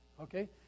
Okay